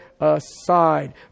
aside